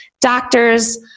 doctors